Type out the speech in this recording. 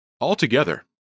Altogether